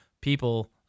people